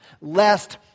lest